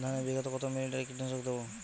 ধানে বিঘাতে কত মিলি লিটার কীটনাশক দেবো?